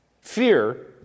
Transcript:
Fear